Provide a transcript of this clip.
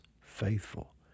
faithful